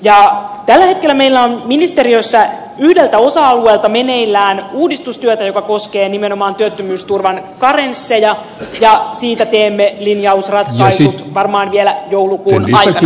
tällä hetkellä meillä on ministeriössä yhdeltä osa alueelta meneillään uudistustyötä joka koskee nimenomaan työttömyysturvan karensseja ja siitä teemme linjausratkaisut varmaan vielä joulukuun aikana